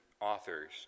authors